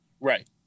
right